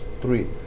three